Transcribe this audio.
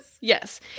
Yes